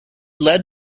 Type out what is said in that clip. led